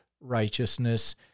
righteousness